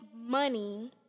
money